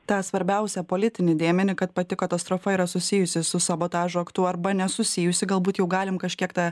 tą svarbiausią politinį dėmenį kad pati katastrofa yra susijusi su sabotažo aktu arba nesusijusi galbūt jau galim kažkiek tą